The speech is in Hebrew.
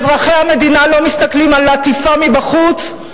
אזרחי המדינה לא מסתכלים על עטיפה מבחוץ,